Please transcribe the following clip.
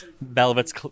velvet's